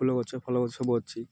ଫୁଲ ଗଛ ଫଳ ଗଛ ସବୁ ଅଛି